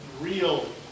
real